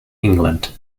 england